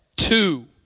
Two